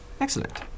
Excellent